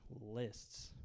lists